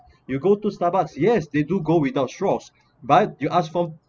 you go to starbucks yes they do go without straws but you ask for